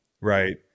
Right